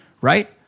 Right